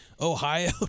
Ohio